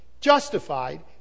justified